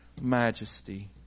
majesty